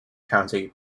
county